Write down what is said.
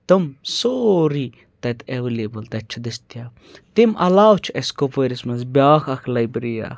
تِم سورُے تَتہِ ایویلیبٕل تَتہِ چھِ دٔستیاب تَمہِ علاوٕ چھِ اَسہِ کۄپوٲرِس منٛز بیاکھ اکھ لایبرٔری اکھ